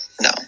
No